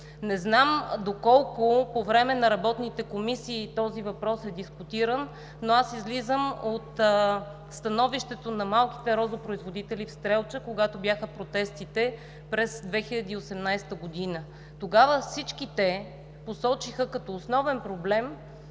Не знам доколко по време на работните комисии този въпрос е дискутиран, но аз излизам от становището на малките розопроизводители в Стрелча, когато бяха протестите през 2018 г. Тогава всички посочиха като основен проблем